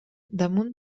damunt